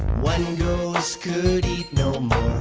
one ghost could eat no